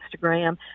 Instagram